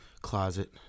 closet